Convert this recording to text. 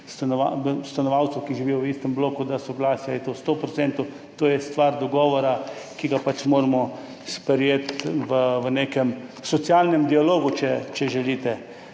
stanovalcev, ki živijo v istem bloku, da soglasja ali je to 100 %, to je stvar dogovora, ki ga pač moramo sprejeti v nekem socialnem dialogu, če želite.